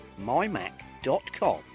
mymac.com